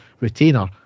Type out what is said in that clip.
retainer